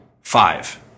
five